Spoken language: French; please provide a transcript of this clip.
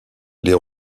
les